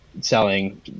selling